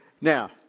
now